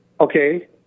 Okay